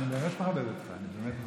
אני באמת מחבב אותך.